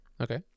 Okay